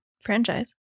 franchise